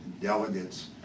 delegates